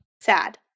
Sad